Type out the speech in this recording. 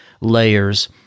layers